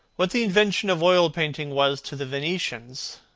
what the invention of oil-painting was to the venetians,